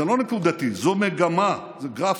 זה לא נקודתי, זו מגמה, זה גרף,